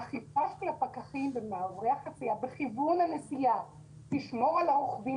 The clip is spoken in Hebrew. הפקחים במעברי החציה בכיוון הנסיעה ישמרו על הרוכבים